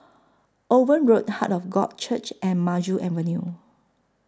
Owen Road Heart of God Church and Maju Avenue